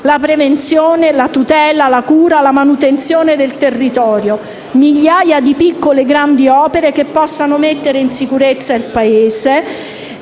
la prevenzione, la tutela, la cura e la manutenzione del territorio: migliaia di piccole grandi opere che possano mettere in sicurezza il Paese,